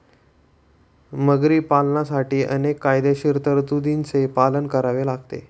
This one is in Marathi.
मगरी पालनासाठी अनेक कायदेशीर तरतुदींचे पालन करावे लागते